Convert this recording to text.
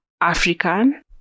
African